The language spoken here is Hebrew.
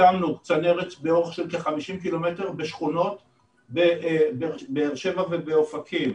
הקמנו צנרת באורך של 50 קילומטר בשכונות בבאר שבע ו אופקים.